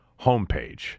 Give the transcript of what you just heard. homepage